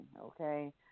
okay